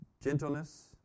gentleness